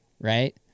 right